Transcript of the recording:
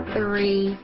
Three